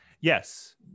yes